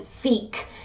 seek